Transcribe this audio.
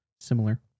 similar